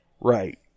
Right